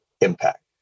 impact